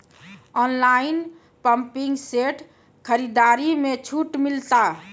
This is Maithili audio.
ऑनलाइन पंपिंग सेट खरीदारी मे छूट मिलता?